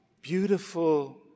beautiful